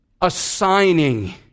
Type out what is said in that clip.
assigning